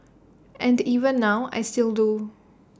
and even now I still do